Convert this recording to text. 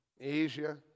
Asia